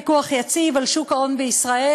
פיקוח יציב על שוק ההון בישראל.